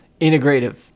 integrative